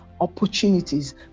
opportunities